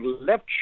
left